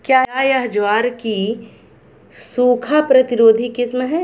क्या यह ज्वार की सूखा प्रतिरोधी किस्म है?